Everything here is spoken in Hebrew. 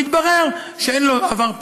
כי התברר שאין לו עבר פלילי,